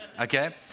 okay